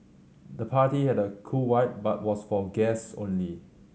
the party had a cool vibe but was for guests only